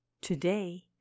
Today